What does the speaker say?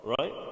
right